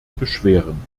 beschweren